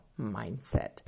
mindset